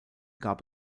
gab